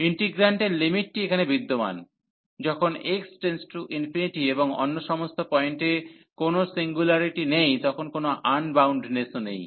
ইন্টিগ্র্যান্টের লিমিটটি এখানে বিদ্যমান যখন x→∞ এবং অন্য সমস্ত পয়েন্টে কোনও সিঙ্গুলারিটি নেই তখন কোনও আনবাউন্ডনেসও নেই